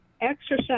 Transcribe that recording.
exercise